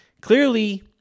clearly